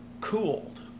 cooled